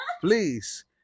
Please